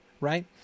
right